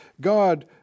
God